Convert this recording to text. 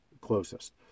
closest